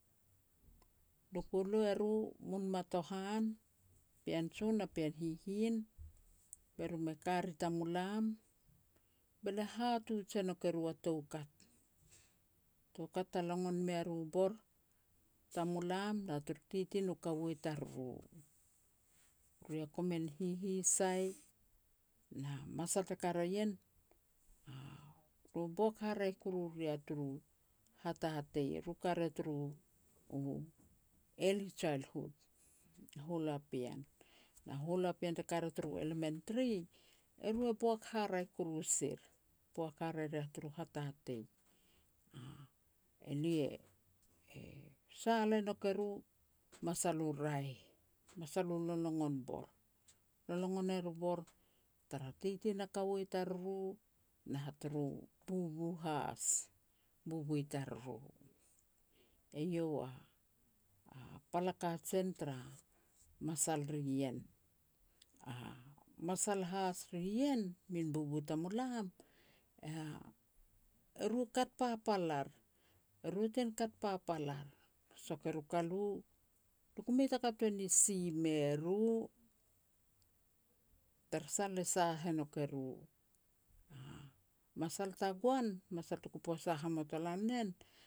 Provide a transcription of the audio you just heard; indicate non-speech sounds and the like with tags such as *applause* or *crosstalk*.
Lia ku lu eru munmatohan, pean jon na pean hihin, be ru me ka ri tamulam, be lia hatuj e nouk eru a toukat. Toukat ta logon mea ru bor tamulam na tur titi nu kaua i tariru. Ru ya komin hihisai, na masal te ka ria ien, *hesitation* boboak haraeh kuru ria turu hatatei, eru ka ria turu u Early Childhood, hualu a pean. Na hualu a pean te ka ria turu Elementary, eru e boak haraeh kuru sir, boak haraeh ria turu hatatei. *hesitation* Elia e sal e nouk eru, masal u raeh, masal u lolongon bor, lolongon er u bor tar titi na kaua i tariru, na turu bubu has, bubu i tariru. Eiau a-a pal a kajen tara masal ri ien. A masal has ri ien, min bubu tamulam, *hesitation* eru e kat papal ar, eru ten kat papal ar, sok er u kalu, lia ku mei taka tuan si me ru, tarasah lia sah e nouk eru. Masal tagoan, masal tuku posa hamatolan en